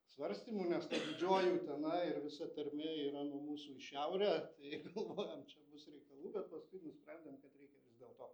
svarstymų nes ta didžioji utena ir visa tarmė yra nuo mūsų į šiaurę tai galvojom čia bus reikalų bet paskui nusprendėm kad reikia vis dėlto